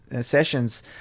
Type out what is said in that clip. sessions